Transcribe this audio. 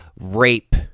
rape